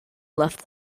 left